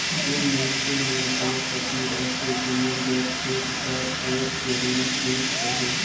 जेन मइनसे मन गाँव कती रहथें ओमन जग खेत खाएर होए जरूरी नी रहें